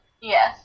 yes